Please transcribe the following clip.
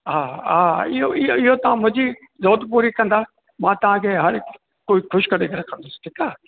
हा हा इहो इहो तव्हां मुंहिंजी ज़रूरत पूरी कंदा मां तव्हां जे हर हिकु ख़ुशि करे रखंदुसि ठीकु आहे